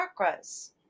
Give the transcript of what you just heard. chakras